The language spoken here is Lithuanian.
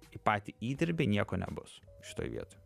į patį įdirbį nieko nebus šitoj vietoj